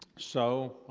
so,